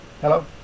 Hello